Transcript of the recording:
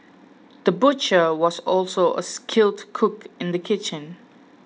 the butcher was also a skilled cook in the kitchen